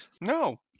no